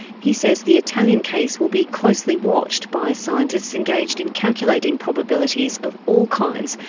he says the italian case will be closely watched by scientists engaged in calculating probabilities of all kinds,